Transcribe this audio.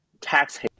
tax